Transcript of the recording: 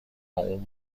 اون